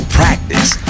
practice